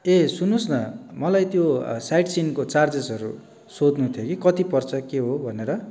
ए सुन्नु होस् मलाई त्यो साइटसिइङ्को चार्जेसहरू सोध्नु थियो कि कति पर्छ के हो भनेर